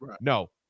No